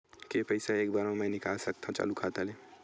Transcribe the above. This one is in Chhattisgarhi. के पईसा एक बार मा मैं निकाल सकथव चालू खाता ले?